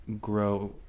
grow